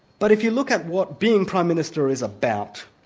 but if you look at what being prime minister is about,